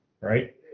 right